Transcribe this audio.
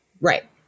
right